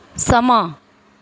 ਸਮਾਂ